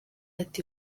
ati